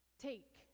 Take